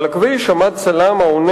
עכשיו אני